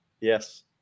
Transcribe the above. Yes